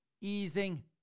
easing